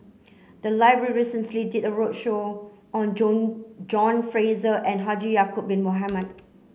the library recently did a roadshow on John Fraser and Haji Ya'acob bin Mohamed